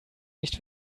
nicht